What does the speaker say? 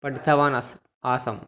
पठितवान् आसम् आसम्